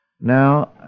Now